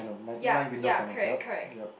ya ya correct correct